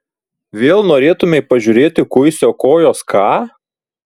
vėl norėtumei pažiūrėti kuisio kojos ką